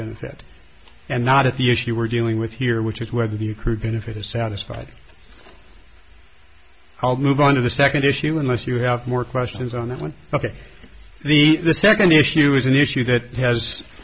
benefit and not at the issue we're dealing with here which is whether the crew benefit is satisfied i'll move on to the second issue unless you have more questions on that one ok the second issue is an issue that has